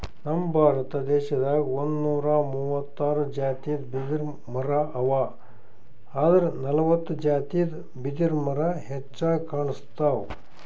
ನಮ್ ಭಾರತ ದೇಶದಾಗ್ ಒಂದ್ನೂರಾ ಮೂವತ್ತಾರ್ ಜಾತಿದ್ ಬಿದಿರಮರಾ ಅವಾ ಆದ್ರ್ ನಲ್ವತ್ತ್ ಜಾತಿದ್ ಬಿದಿರ್ಮರಾ ಹೆಚ್ಚಾಗ್ ಕಾಣ್ಸ್ತವ್